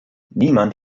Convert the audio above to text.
niemand